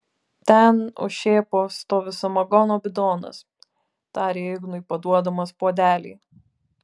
ten už šėpos stovi samagono bidonas tarė ignui paduodamas puodelį